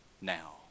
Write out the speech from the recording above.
now